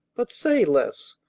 but say, les,